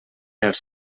els